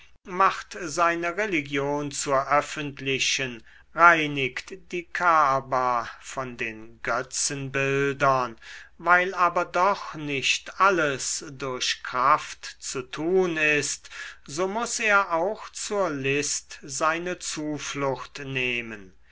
macht seine religion zur öffentlichen reinigt die kaaba von den götzenbildern weil aber doch nicht alles durch kraft zu tun ist so muß er auch zur list seine zuflucht nehmen